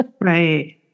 right